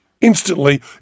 instantly